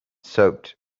soaked